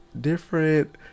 different